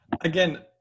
Again